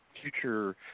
future